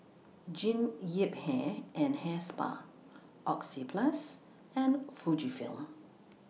Jean Yip Hair and Hair Spa Oxyplus and Fujifilm